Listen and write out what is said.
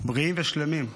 בריאים ושלמים.